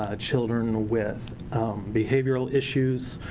ah children with behavioral issues,